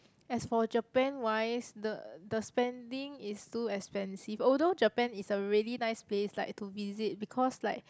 as for Japan wise the the spending is too expensive although Japan is a really nice place like to visit because like